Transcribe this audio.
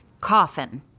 Coffin